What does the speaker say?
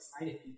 excited